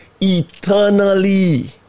eternally